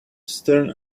stern